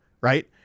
right